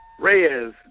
Reyes